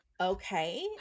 Okay